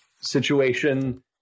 situation